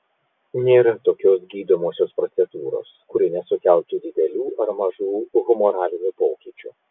nėra tokios gydomosios procedūros kuri nesukeltų didelių ar mažų humoralinių pokyčių